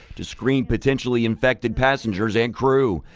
to screen potentially infected passengers and crew.